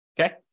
Okay